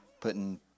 putting